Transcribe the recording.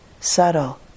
subtle